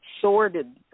sorted